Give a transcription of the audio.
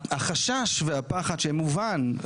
החשש והפחד שמובן,